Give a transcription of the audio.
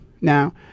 Now